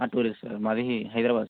టూర్యే sir మాది హైదరాబాద్